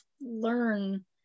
learn